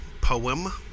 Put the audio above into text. poem